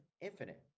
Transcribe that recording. infinite